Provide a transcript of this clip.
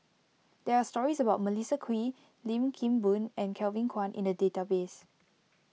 there are stories about Melissa Kwee Lim Kim Boon and Kevin Kwan in the database